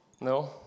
no